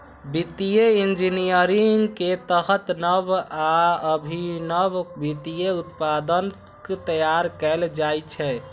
वित्तीय इंजीनियरिंग के तहत नव आ अभिनव वित्तीय उत्पाद तैयार कैल जाइ छै